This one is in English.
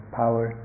power